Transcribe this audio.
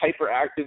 Hyperactive